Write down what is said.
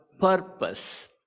purpose